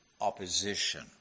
Opposition